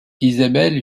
isabelle